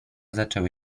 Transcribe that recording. zaczęły